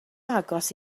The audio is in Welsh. agos